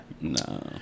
no